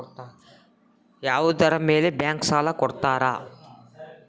ಯಾವುದರ ಮೇಲೆ ಬ್ಯಾಂಕ್ ಸಾಲ ಕೊಡ್ತಾರ?